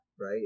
right